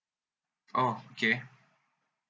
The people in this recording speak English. orh okay